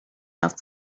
love